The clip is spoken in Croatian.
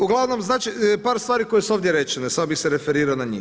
Uglavnom par stvari koje su ovdje rečene samo bih se referirao na njih.